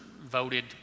voted